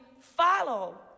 follow